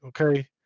okay